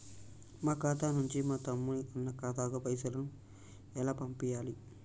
మా ఖాతా నుంచి మా తమ్ముని, అన్న ఖాతాకు పైసలను ఎలా పంపియ్యాలి?